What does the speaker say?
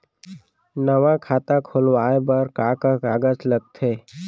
नवा खाता खुलवाए बर का का कागज लगथे?